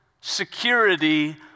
security